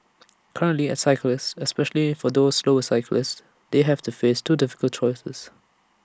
currently as cyclists especially for those slower cyclists they have to face two difficult choices